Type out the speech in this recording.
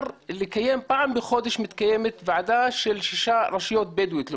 פעם בחודש מתקיימת ועדה של שש רשויות בדואיות למשל.